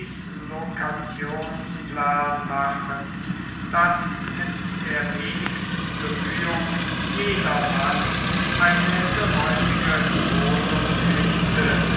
dislokationsplan machen daß mit der wenigsten bemühung jedermann eine geräumige wohnung finde